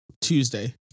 Tuesday